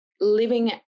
living